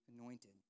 anointed